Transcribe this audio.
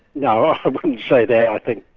no, i wouldn't say that. i think